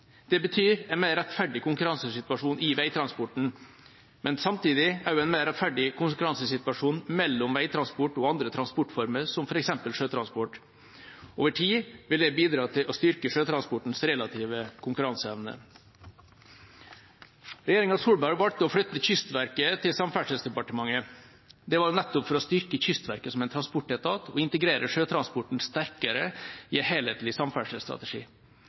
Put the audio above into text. Det betyr en mer rettferdig konkurransesituasjon i veitransporten, men samtidig også en mer rettferdig konkurransesituasjon for veitransport og andre transportformer, som f.eks. sjøtransport. Over tid vil det bidra til å styrke sjøtransportens relative konkuranseevne. Regjeringa Solberg valgte å flytte Kystverket til Samferdselsdepartementet. Det var nettopp for å styrke Kystverket som transportetat og integrere sjøtransporten sterkere i en helhetlig samferdselsstrategi.